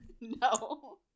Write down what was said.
No